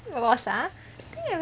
lost ah